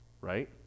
right